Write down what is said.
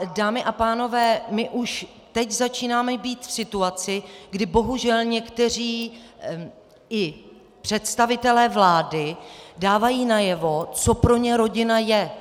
Dámy a pánové, my už teď začínáme být v situaci, kdy bohužel i někteří představitelé vlády dávají najevo, co pro ně rodina je.